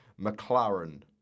McLaren